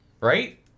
Right